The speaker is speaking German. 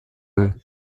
will